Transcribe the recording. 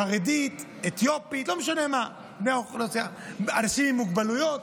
חרדית, אתיופית, אנשים עם מוגבלויות,